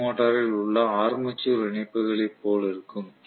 C மோட்டரில் உள்ள armature இணைப்புகளைப் போல இருக்கும்